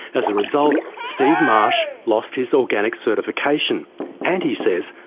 as a result, steve marsh lost his organic certification and, he says,